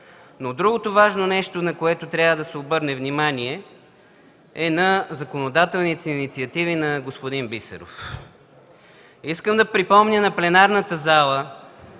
но другото важно нещо, на което трябва да се обърне внимание, е на законодателните инициативи на господин Бисеров. Искам да припомня на пленарната зала